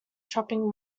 shopping